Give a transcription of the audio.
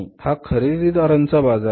हा खरेदीदारांचा बाजार आहे